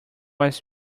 was